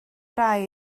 rai